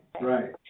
right